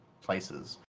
places